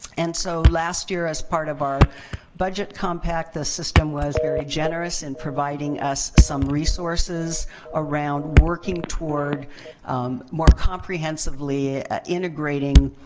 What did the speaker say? and so, last year, as part of our budget compact, the system was very generous in providing us some resources around working toward more comprehensively integrating